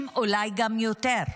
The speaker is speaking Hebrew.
אולי גם יותר.